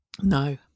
no